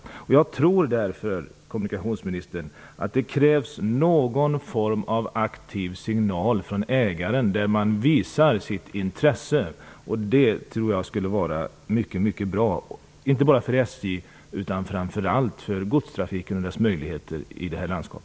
Jag tror därför, kommunikationsministern, att det krävs någon form av aktiv signal från ägaren där man visar sitt intresse. Det tror jag skulle vara mycket bra - inte bara för SJ, utan framför allt för godstrafiken och dess möjligheter i detta landskap.